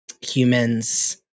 humans